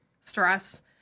stress